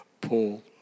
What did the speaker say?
Paul